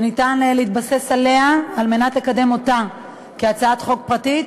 שניתן להתבסס עליה על מנת לקדם אותה כהצעת חוק פרטית.